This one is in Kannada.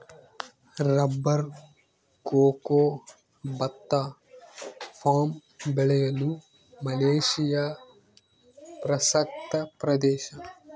ರಬ್ಬರ್ ಕೊಕೊ ಭತ್ತ ಪಾಮ್ ಬೆಳೆಯಲು ಮಲೇಶಿಯಾ ಪ್ರಸಕ್ತ ಪ್ರದೇಶ